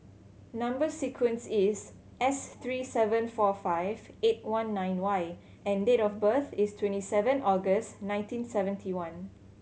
number sequence is S three seven four five eight one nine Y and date of birth is twenty seven August nineteen seventy one